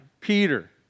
Peter